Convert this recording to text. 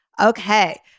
Okay